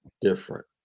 different